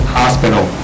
hospital